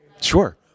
Sure